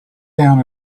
down